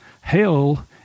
hell